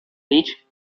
річ